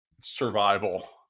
survival